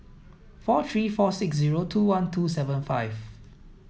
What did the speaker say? four three four six zero two one two seven five